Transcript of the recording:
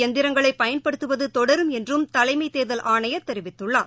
எந்திரங்களை பயன்படுத்துவது தொடரும் என்றும் தலைமை தேர்தல் ஆணையர் தெரிவித்துள்ளார்